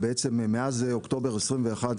בעצם מאז אוקטובר 2021,